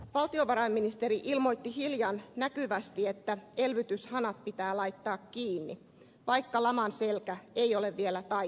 valtiovarainministeri ilmoitti hiljan näkyvästi että elvytyshanat pitää laittaa kiinni vaikka laman selkä ei ole vielä taittunut